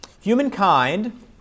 Humankind